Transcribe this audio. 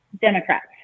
Democrats